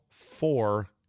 Four